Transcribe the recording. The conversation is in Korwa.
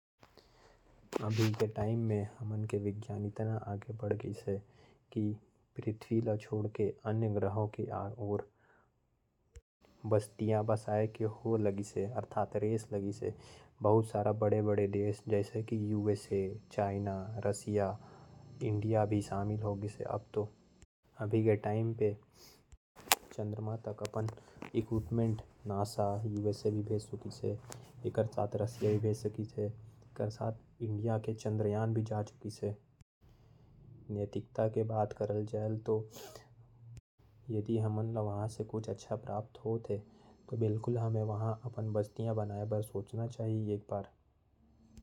अभी के टाइम में हमर वैज्ञानिक मन इतना आगे बढ़ गईं है। कि पृथ्वी ला छोड़ के दुसर ग्रह में भी जीवन के तलाश करत है। बहुत सारा बड़ा बड़ा देश जैसे रूस। अमेरिका के साथ अपन देश भी चांद में इंस्ट्रूमेंट भेजे में सक्षम है। अगर हमन के ऊहा ले कुछ अच्छा प्राप्त होत है। तो जरूर हमन ला बस्ती बसाए के वहां सोचना चाही।